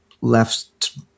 left